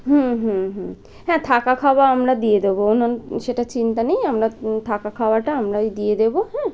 হুম হুম হুম হ্যাঁ থাকা খাওয়া আমরা দিয়ে দেবো ওনান সেটা চিন্তা নেই আমরা থাকা খাওয়াটা আমরাই দিয়ে দেবো হ্যাঁ